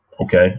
okay